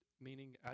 meaning